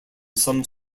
some